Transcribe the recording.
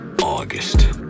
August